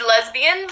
lesbian